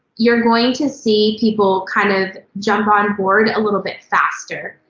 you're going to see people kind of jump on board a little bit faster,